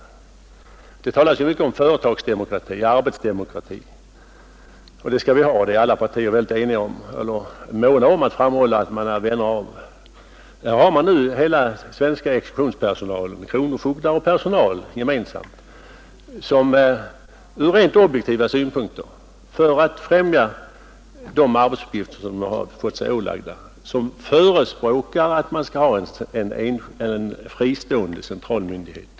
Det talas mycket om företagsdemokrati och arbetsdemokrati. Alla partier är eniga om att vi skall ha företagsdemokrati och de är också måna om att framhålla att de är vänner av en sådan. Här har man nu hela den svenska exekutionspersonalen, kronofogdar och andra, som från rent objektiva synpunkter till främjande av de arbetsuppgifter de fått sig ålagda står som förespråkare för införande av en fristående central myndighet.